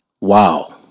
Wow